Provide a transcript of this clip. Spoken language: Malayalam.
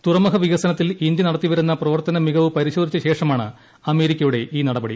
തുറമുഖ വികസനത്തിൽ ഇന്ത്യ നടത്തിവരുന്ന പ്രവർത്തന മികവ് പരിശോധിച്ച ശേഷമാണ് അമേരിക്കയുടെ ഈ നടപടി